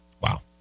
Wow